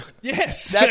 Yes